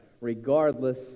regardless